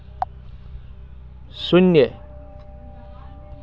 शून्य